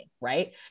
right